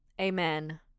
Amen